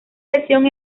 lesión